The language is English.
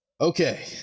Okay